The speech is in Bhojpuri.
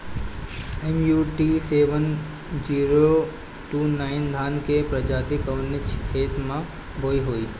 MUT seven zero two nine धान के प्रजाति कवने खेत मै बोआई होई?